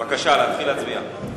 בבקשה להתחיל להצביע.